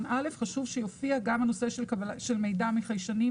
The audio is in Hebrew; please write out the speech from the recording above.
הוא קיבל הכשרה מתאימה